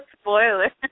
spoiler